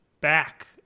back